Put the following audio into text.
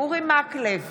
אורי מקלב,